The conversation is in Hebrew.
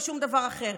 משום דבר אחר.